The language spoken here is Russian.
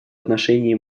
отношении